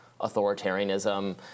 authoritarianism